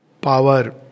power